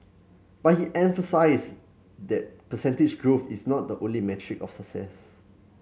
but he emphasised that percentage growth is not the only metric of success